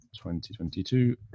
2022